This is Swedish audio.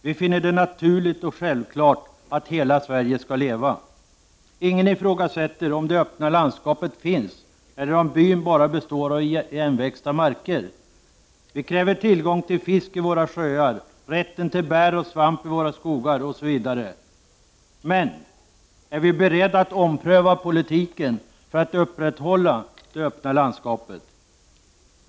Vi finner det naturligt och självklart att hela Sverige skall leva. Ingen ifrågasätter om det öppna landskapet finns eller om byn bara består av igenväxta marker. Vi kräver tillgång till fisk i våra sjöar, rätten till bär och svamp i våra skogar, osv. Men är vi beredda att ompröva politiken för att upprätthålla det öppna landskapet?